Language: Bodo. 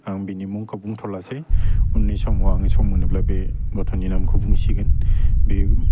आं बिनि मुंखौ बुंथ'लासै उननि समाव आङो सम मोनोब्ला बे गथ'नि नामखौ बुंसिगोन बियो